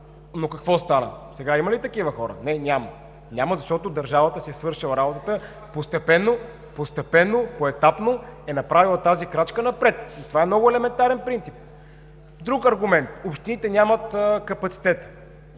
Но какво стана? Сега има ли такива хора? Не, няма. Няма, защото държавата си е свършила работата и постепенно, поетапно е направила тази крачка напред. Това е много елементарен принцип. Друг аргумент. Общините нямат капацитет.